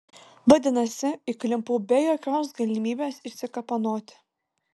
vadinasi įklimpau be jokios galimybės išsikapanoti